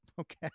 okay